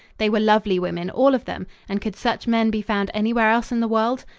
they were lovely women, all of them, and could such men be found anywhere else in the world?